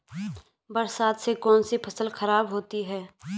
बरसात से कौन सी फसल खराब होती है?